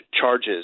charges